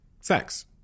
sex